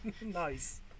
nice